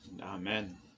Amen